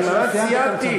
אני ממש סיימתי.